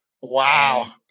Wow